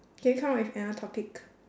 can you come up with another topic